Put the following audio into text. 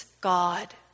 God